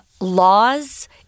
laws